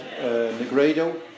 Negredo